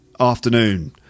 Afternoon